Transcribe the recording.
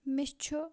مےٚ چھُ